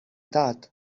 dad